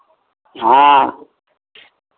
हँ